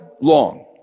long